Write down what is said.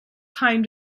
time